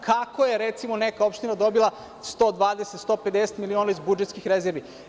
Kako je, recimo, neka opština dobila 120, 150 miliona iz budžetskih rezervi?